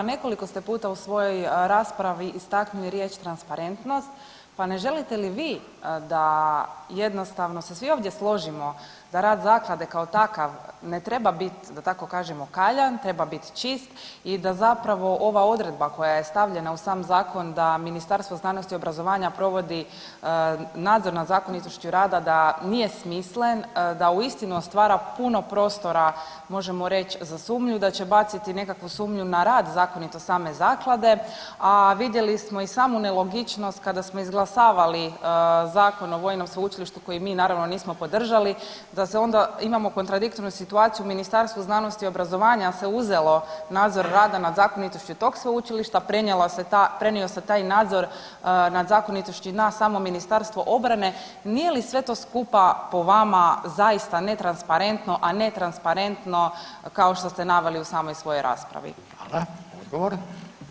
Nekoliko ste puta u svojoj raspravi istaknuli riječ transparentnost, pa ne želite li vi da jednostavno se svi ovdje složimo da rad zaklade kao takav ne treba bit da tako kažem ukaljan, treba bit čist i da zapravo ova odredba koja je stavljena u sam zakon da Ministarstvo znanosti i obrazovanja provodi nadzor nad zakonitosti rada da nije smislen, da uistinu stvara puno prostora možemo reć za sumnju da će baciti nekakvu sumnju na rad zakonitosti same zaklade, a vidjeli smo i samu nelogičnost kada smo izglasavali Zakon o vojnom sveučilištu koji mi naravno nismo podržali, da se onda, imamo kontradiktornu situaciju Ministarstvo znanosti i obrazovanja se uzelo nadzor rada nad zakonitošću tog sveučilišta, prenio se taj nadzor nad zakonitošću i na samo Ministarstvo obrane, nije li sve to skupa po vama zaista netransparentno, a ne transparentno, kao što ste naveli u samoj svojoj raspravi?